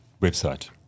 website